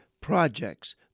projects